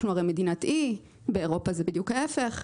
אנחנו הרי מדינת אי, ובאירופה זה בדיוק ההפך.